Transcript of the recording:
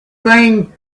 thing